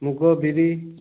ମୁଗ ବିରି